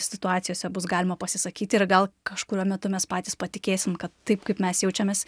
situacijose bus galima pasisakyti ir gal kažkuriuo metu mes patys patikėsim kad taip kaip mes jaučiamės